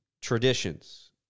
traditions